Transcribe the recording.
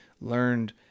learned